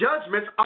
judgments